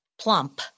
plump